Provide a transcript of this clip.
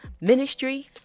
ministry